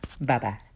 Bye-bye